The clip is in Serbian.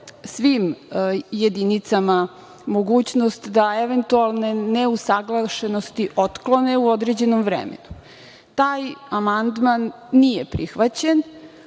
svim jedinicama mogućnost da eventualne neusaglašenosti otklone u određenom vremenu. Taj amandman nije prihvaćen,